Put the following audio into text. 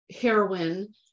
heroin